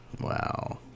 Wow